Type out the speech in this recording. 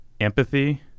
Empathy